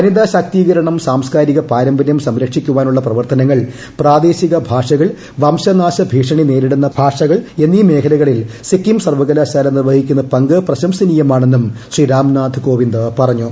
വനിതാ ശാക്തീകരണം സാംസ്കാരിക പാരമ്പര്യം സംരക്ഷിക്കുവാനുള്ള പ്രവർത്തനങ്ങൾ പ്രാദേശിക ഭാഷകൾ വംശനാശ ഭീഷണി നേരിടുന്ന ഭാഷകൾ എന്നിവയുടെ സംരക്ഷണം എന്നീ മേഖലകളിൽ സിക്കിം സർവ്വകലാശാല നിർവ്വഹിക്കുന്ന പങ്ക് പ്രശംസനീയമാണെന്നും ശ്രീ രാംനാഥ് കോവിന്ദ് പറഞ്ഞു